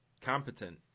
competent